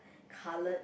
coloured